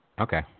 Okay